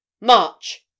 March